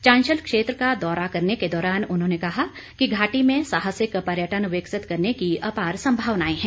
चांशल क्षेत्र का दौरा करने के दौरान उन्होंने कहा कि घाटी में साहसिक पर्यटन विकसित करने की अपार संभावनाएं हैं